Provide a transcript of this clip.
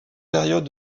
période